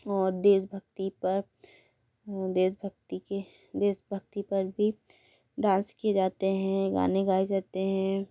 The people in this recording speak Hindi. और देशभक्ति पर देशभक्ति के देशभक्ति पर भी डाँस किए जाते हैं गाने गाए जाते हैं